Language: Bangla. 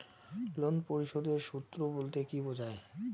লোন পরিশোধের সূএ বলতে কি বোঝায়?